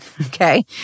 Okay